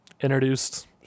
introduced